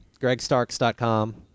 gregstarks.com